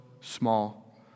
small